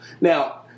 Now